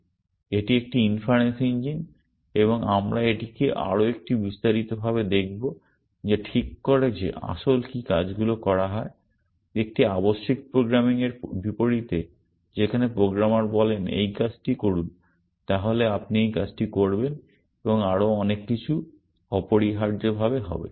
এটি একটি inference engine এবং আমরা এটিকে আরও একটু বিস্তারিতভাবে দেখব যা ঠিক করে যে আসলে কী কাজগুলি করা হয়। একটি আবশ্যিক প্রোগ্রামিং এর বিপরীতে যেখানে প্রোগ্রামার বলেন এই কাজটি করুন তাহলে আপনি এই কাজটি করবেন এবং আরও অনেক কিছু অপরিহার্যভাবে হবে